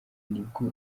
nibwo